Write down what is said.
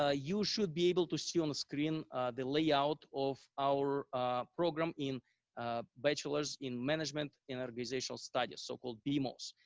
ah you should be able to see on the screen the layout of our program. ah bachelor's in management in organizational studies, so called bmos,